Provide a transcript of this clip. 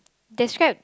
describe